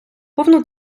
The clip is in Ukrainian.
повну